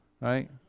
right